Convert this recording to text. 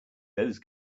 those